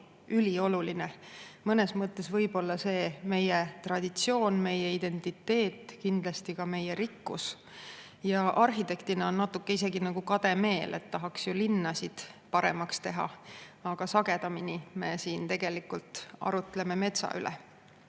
ülioluline. Mõnes mõttes võib see olla meie traditsioon, meie identiteet, kindlasti ka meie rikkus. Arhitektina on natuke isegi nagu kade meel, et tahaks ju linnasid paremaks teha, aga sagedamini me siin arutleme metsa üle.